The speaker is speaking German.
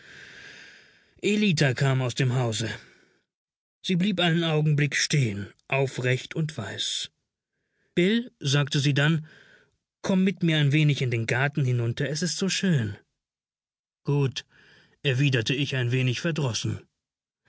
ellita kam aus dem hause sie blieb einen augenblick stehen aufrecht und weiß bill sagte sie dann komm mit mir ein wenig in den garten hinunter es ist so schön gut erwiderte ich ein wenig verdrossen